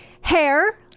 Hair